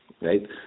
right